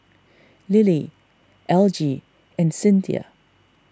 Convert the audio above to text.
Lily Algie and Cinthia